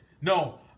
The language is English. no